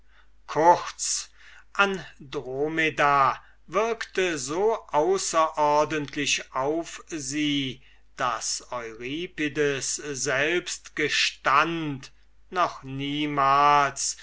kurz die andromeda wirkte so außerordentlich auf sie daß euripides selbst gestand noch niemals